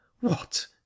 What